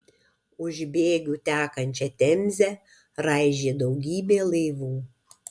už bėgių tekančią temzę raižė daugybė laivų